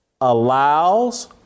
allows